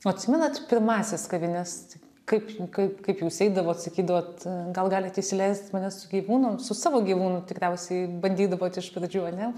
o atsimenat pirmąsias kavines kaip kaip kaip jūs eidavot sakydavot gal galit įsileist mane su gyvūnu su savo gyvūnu tikriausiai bandydavot iš pradžių ane